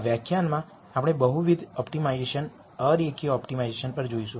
આ વ્યાખ્યાનમાં આપણે બહુવિધ ઓપ્ટિમાઇઝેશનમાં અરેખીય ઓપ્ટિમાઇઝેશન પર જોઈશું